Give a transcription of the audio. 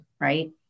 right